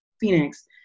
Phoenix